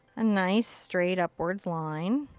a nice, straight, upwards line.